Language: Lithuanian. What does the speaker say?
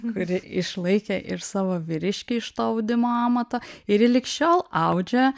kuri išlaikė ir savo vyriškį iš to audimo amato ir ji lyg šiol audžia